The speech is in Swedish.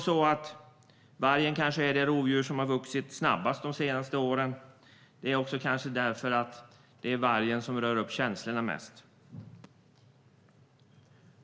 Vargen kanske är det rovdjur som har vuxit snabbast de senaste åren. Det kanske också är därför som vargen rör upp känslorna mest.